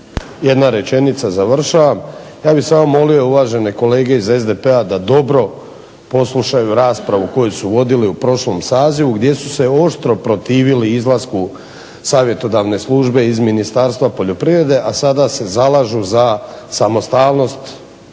Jedna rečenica, završavam. Ja bih samo molio uvažene kolege iz SDP-a da dobro poslušaju raspravu koju su vodili u prošlom sazivu gdje su se oštro protivili izlasku savjetodavne službe iz Ministarstva poljoprivrede, a sada se zalažu za samostalnost